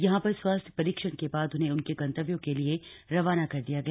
यहां पर स्वास्थय परीक्षण के बाद उन्हें उनके गंतव्यों के लिए रवाना कर दिया गया